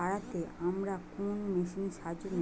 আলু তাড়তে আমরা কোন মেশিনের সাহায্য নেব?